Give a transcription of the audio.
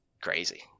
crazy